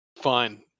Fine